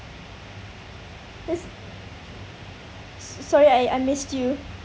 this s~ sorry I missed you